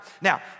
now